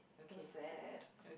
it was sad